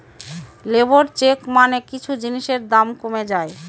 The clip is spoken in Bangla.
লেবর চেক মানে কিছু জিনিসের দাম যখন কমে